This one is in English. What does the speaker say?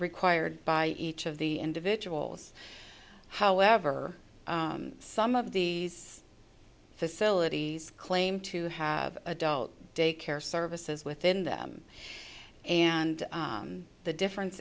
required by each of the individuals however some of these facilities claim to have adult daycare services within them and the difference